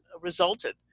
resulted